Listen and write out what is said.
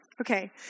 Okay